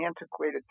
antiquated